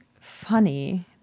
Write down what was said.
funny